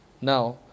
now